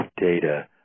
data